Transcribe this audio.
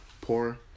Poor